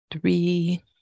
Three